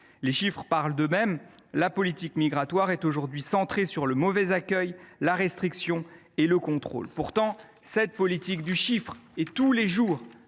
Les chiffres parlent d’eux mêmes : la politique migratoire est aujourd’hui centrée sur le mauvais accueil, la restriction et le contrôle. Pourtant, la démonstration est faite tous les jours